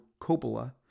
Coppola